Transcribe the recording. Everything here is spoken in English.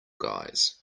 guys